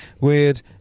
Weird